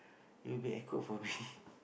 it'll be awkward for me